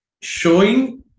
showing